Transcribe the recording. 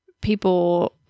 people